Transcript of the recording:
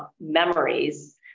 memories